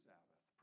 Sabbath